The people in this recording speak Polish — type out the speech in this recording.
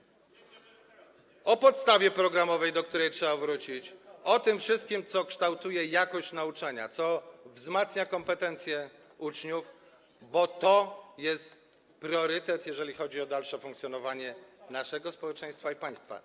którą ograniczacie, o podstawie programowej, do której trzeba wrócić, o tym wszystkim, co kształtuje jakość nauczania, co wzmacnia kompetencje uczniów, bo to jest priorytet, jeżeli chodzi o dalsze funkcjonowanie naszego społeczeństwa i państwa.